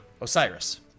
osiris